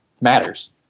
matters